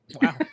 wow